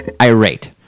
irate